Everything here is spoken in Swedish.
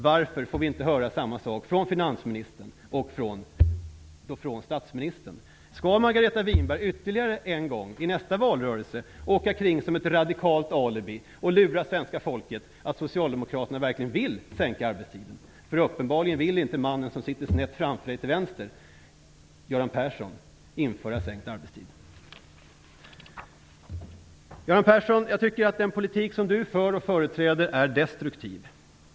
Varför får vi inte höra samma sak från finansministern och statsministern? Skall Margareta Winberg ytterligare en gång, i nästa valrörelse, åka omkring som ett radikalt alibi och lura svenska folket att Socialdemokraterna verkligen vill sänka arbetstiden. Uppenbarligen vill inte den man som sitter snett framför henne till vänster, Göran Persson, införa en sänkt arbetstid. Jag tycker att den politik som Göran Persson företräder är destruktiv.